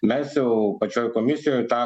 mes jau pačioj komisijoj tą